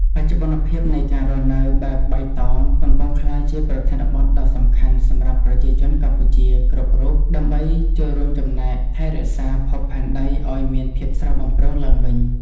បច្ចុប្បន្នភាពនៃការរស់នៅបែបបៃតងកំពុងក្លាយជាប្រធានបទដ៏សំខាន់សម្រាប់ប្រជាជនកម្ពុជាគ្រប់រូបដើម្បីចូលរួមចំណែកថែរក្សាភពផែនដីឱ្យមានភាពស្រស់បំព្រងឡើងវិញ។